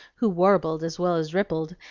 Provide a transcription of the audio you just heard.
who warbled as well as rippled,